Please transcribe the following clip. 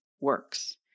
works